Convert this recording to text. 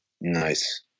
Nice